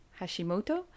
Hashimoto